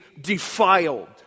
defiled